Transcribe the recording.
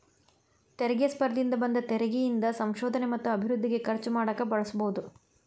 ತೆರಿಗೆ ಸ್ಪರ್ಧೆಯಿಂದ ಬಂದ ತೆರಿಗಿ ಇಂದ ಸಂಶೋಧನೆ ಮತ್ತ ಅಭಿವೃದ್ಧಿಗೆ ಖರ್ಚು ಮಾಡಕ ಬಳಸಬೋದ್